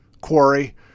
quarry